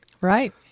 right